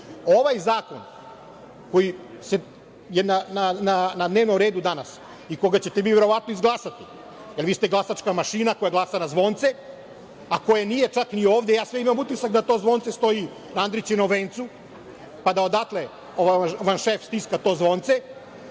zakon koji je na dnevnom redu danas, koga ćete verovatno izglasati, jer vi ste glasačka mašina koja glasa na zvonce, a koje nije čak ni ovde, imam utisak da to zvonce stoji na Andrićevom vencu, pa da vam odatle šef stiska to zvonce,